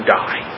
die